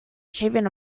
shaving